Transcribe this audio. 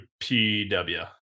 PW